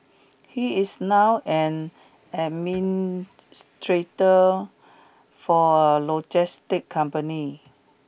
he is now an administrator for a logistics company